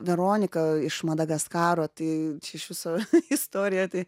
veronika iš madagaskaro tai iš viso istorija tai